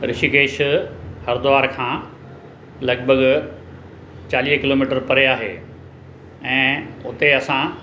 ऋषिकेश हरिद्वार खां लॻभॻि चालीह किलोमीटर परे आहे ऐं हुते असां